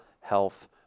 Health